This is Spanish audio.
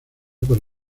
por